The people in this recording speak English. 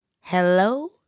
Hello